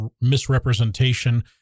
misrepresentation